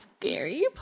scary